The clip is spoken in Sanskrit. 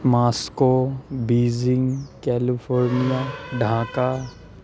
Moscow Beijing California Dhaka